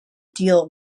deal